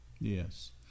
Yes